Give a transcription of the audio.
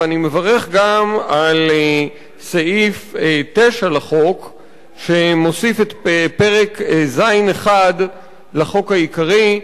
ואני מברך גם על סעיף 9 לחוק שמוסיף את פרק ז'1 לחוק העיקרי,